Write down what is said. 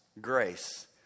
grace